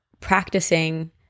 practicing